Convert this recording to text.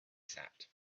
sat